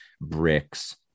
bricks